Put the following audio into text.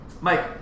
Mike